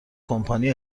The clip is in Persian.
کمپانی